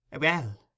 Well